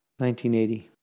1980